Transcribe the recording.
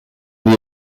die